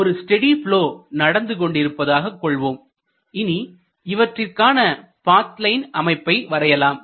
இப்பொழுது ஒரு steady flow நடந்து கொண்டிருப்பதாக கொள்வோம் இனி இவற்றிற்கான பாத் லைன் அமைப்பை வரையலாம்